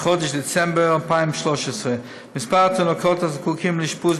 בחודש דצמבר 2013. מספר התינוקות הזקוקים לאשפוז